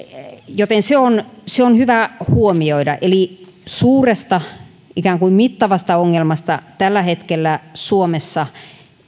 joten se on se on hyvä huomioida eli suuresta ikään kuin mittavasta ongelmasta tällä hetkellä suomessa